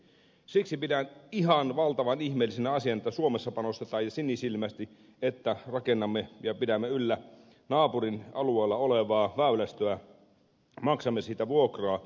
siksi pidän ihan valtavan ihmeellisenä asiana että suomessa panostetaan sinisilmäisesti siihen että rakennamme ja pidämme yllä naapurin alueella olevaa väylästöä maksamme siitä vuokraa